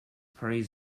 parties